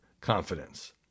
confidence